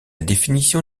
définition